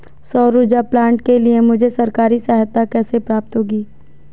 सौर ऊर्जा प्लांट के लिए मुझे सरकारी सहायता कैसे प्राप्त होगी?